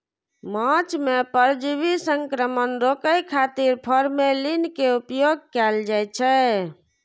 माछ मे परजीवी संक्रमण रोकै खातिर फॉर्मेलिन के उपयोग कैल जाइ छै